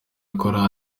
akora